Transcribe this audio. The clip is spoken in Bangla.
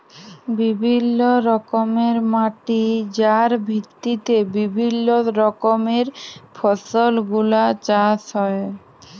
বিভিল্য রকমের মাটি যার ভিত্তিতে বিভিল্য রকমের ফসল গুলা চাষ হ্যয়ে